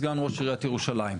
סגן ראש עיריית ירושלים,